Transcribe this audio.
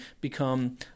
become